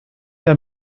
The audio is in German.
der